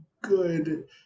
good